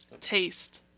Taste